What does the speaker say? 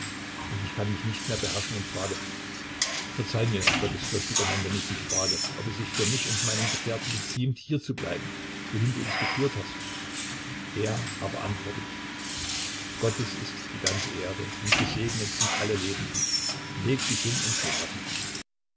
und ich kann mich nicht mehr beherrschen und frage verzeih mir gottesfürchtiger mann wenn ich dich frage ob es sich für mich und meinen gefährten geziemt hier zu bleiben wohin du uns geführt hast er aber antwortet gottes ist die ganze erde und gesegnet sind alle lebenden lege dich hin und schlafe